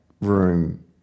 room